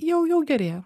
jau jau gerėja